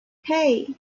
hey